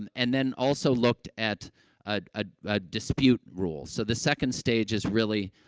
and and then, also looked at a a a dispute rule. so, the second stage is really,